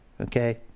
okay